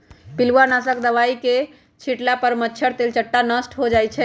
पिलुआ नाशक दवाई के छिट्ला पर मच्छर, तेलट्टा नष्ट हो जाइ छइ